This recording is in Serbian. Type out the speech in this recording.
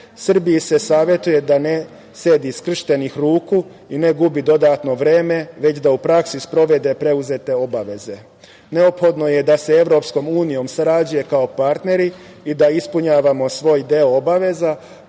se savetuje da ne sedi skrštenih ruku i ne gubi dodatno vreme, već da u praksi sprovede preuzete obaveze. Neophodno je da se sa EU sarađuje kao partneri i da ispunjavamo svoj deo obaveza,